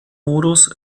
modus